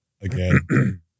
Again